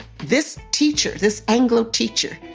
this teacher, this anglo teacher,